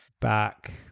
back